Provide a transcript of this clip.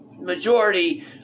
majority